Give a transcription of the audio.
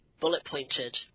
bullet-pointed